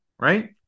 Right